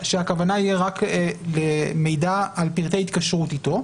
שהכוונה תהיה רק למידע על פרטי התקשרות אתו,